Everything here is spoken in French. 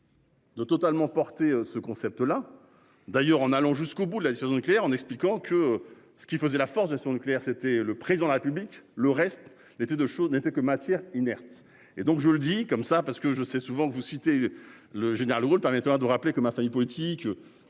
Deux totalement porter ce concept là d'ailleurs en allant jusqu'au bout de la dissuasion nucléaire en expliquant que ce qui faisait la force de son nucléaire, c'était le président de la République. Le reste était de choses n'était que matière inerte et donc je le dis comme ça parce que je sais souvent que vous citez le général Gaulle permettra de rappeler que ma famille politique.